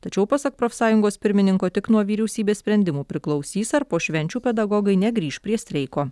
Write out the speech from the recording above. tačiau pasak profsąjungos pirmininko tik nuo vyriausybės sprendimų priklausys ar po švenčių pedagogai negrįš prie streiko